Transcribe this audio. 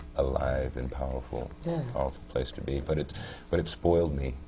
alive and powerful ah place to be. but it but it spoiled me,